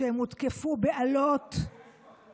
שהם הותקפו באלות, יש מחלוקת.